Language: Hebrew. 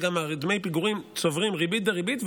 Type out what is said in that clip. והרי דמי פיגורים צוברים ריבית-דריבית,